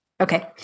Okay